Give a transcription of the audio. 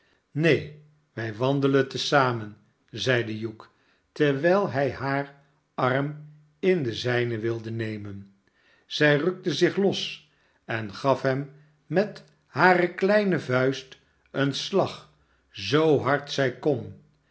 neen wij wandelen te zamen zeide hugh terwijl hij haar arm in den zijnen wilde nemen zij rukte zich los en gaf hem met hare kleine vuist een slag zoo hard zij kon